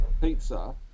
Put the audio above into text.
Pizza